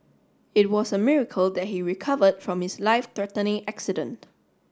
it was a miracle that he recovered from his life threatening accident